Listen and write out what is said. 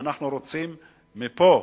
ואנחנו רוצים מפה,